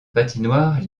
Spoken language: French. patinoire